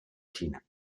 fine